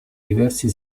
diversi